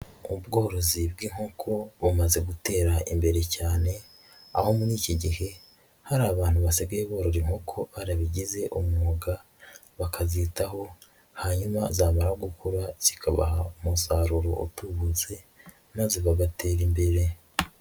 Ubworozi bw'inkoko bumaze gutera imbere cyane, aho muri iki gihe hari abantu basigaye borora inkoko barabigize umwuga bakazitaho, hanyuma zamara gukura bikabaha umusaruro utubutse, maze bagatera imbere.